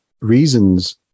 reasons